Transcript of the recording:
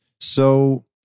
So-